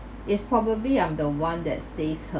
is probably I'm the one that says hurt~